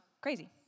crazy